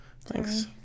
Thanks